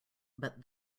but